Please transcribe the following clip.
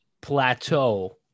plateau